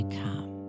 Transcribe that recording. come